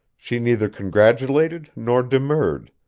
she neither congratulated nor demurred,